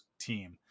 team